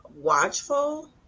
watchful